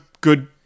good